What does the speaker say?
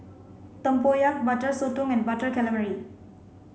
Tempoyak butter Sotong and butter calamari